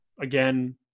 again